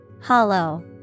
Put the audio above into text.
Hollow